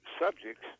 subjects